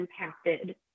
impacted